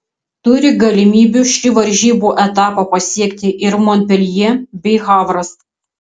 turi galimybių šį varžybų etapą pasiekti ir monpeljė bei havras